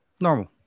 normal